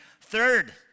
Third